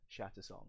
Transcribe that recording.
Shattersong